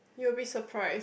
you will be surprised